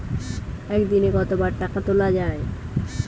একদিনে কতবার টাকা তোলা য়ায়?